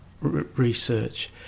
research